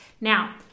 Now